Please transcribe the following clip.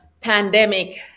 pandemic